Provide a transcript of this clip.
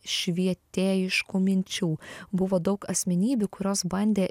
švietėjiškų minčių buvo daug asmenybių kurios bandė